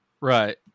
Right